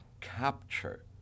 capture